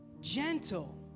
gentle